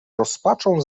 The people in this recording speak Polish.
rozpaczą